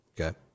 Okay